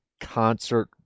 concert